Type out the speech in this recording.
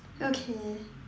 okay